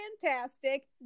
fantastic